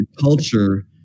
culture